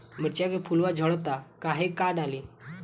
मिरचा के फुलवा झड़ता काहे का डाली?